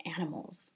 animals